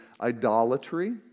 idolatry